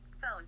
phone